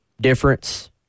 difference